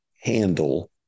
handle